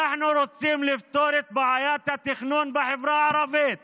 אנחנו רוצים לפתור את בעיית התכנון בחברה הערבית